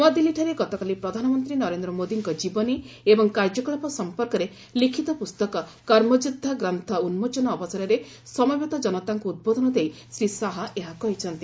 ନ୍ନଆଦିଲ୍ଲୀଠାରେ ଗତକାଲି ପ୍ରଧାନମନ୍ତ୍ରୀ ନରେନ୍ଦ୍ର ମୋଦୀଙ୍କ ଜୀବନୀ ଏବଂ କାର୍ଯ୍ୟକଳାପ ସମ୍ପର୍କରେ ଲିଖିତ ପୁସ୍ତକ 'କର୍ମଯୋଦ୍ଧା ଗ୍ରନ୍ଥ' ଉନ୍କୋଚନ ଅବସରରେ ସମବେତ କନତାଙ୍କୁ ଉଦ୍ବୋଧନ ଦେଇ ଶ୍ରୀ ଶାହା ଏହା କହିଚ୍ଛନ୍ତି